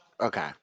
okay